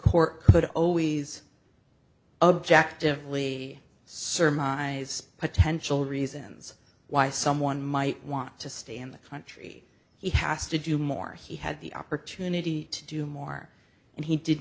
court could always objectively sermonize potential reasons why someone might want to stay in the country he has to do more he had the opportunity to do more and he did